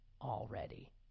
already